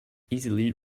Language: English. easily